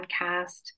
podcast